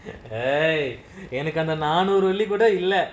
eh எனக்கு அந்த நானூறு வெள்ளி கூட இல்ல:enaku antha naanooru velli kooda illa